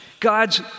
God's